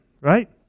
Right